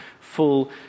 full